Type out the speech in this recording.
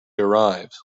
arrives